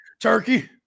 Turkey